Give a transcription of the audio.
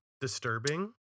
Disturbing